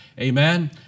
Amen